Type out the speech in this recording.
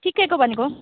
ठिकैको भनेको